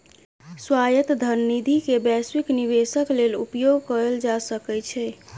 स्वायत्त धन निधि के वैश्विक निवेशक लेल उपयोग कयल जा सकै छै